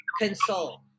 Console